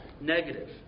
negative